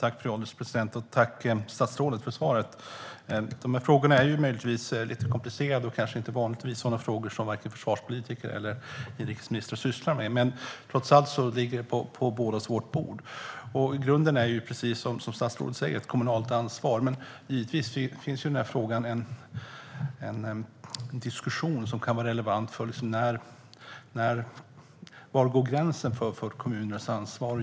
Fru ålderspresident! Tack, statsrådet, för svaret. De här frågorna är möjligtvis lite komplicerade och kanske inte vanligtvis sådana frågor som vare sig försvarspolitiker eller inrikesministern sysslar med, men trots allt ligger det på bådas vårt bord. Grunden är, precis som statsrådet säger, ett kommunalt ansvar. Men givetvis finns i frågan en diskussion som kan vara relevant. Var går gränsen för kommunernas ansvar?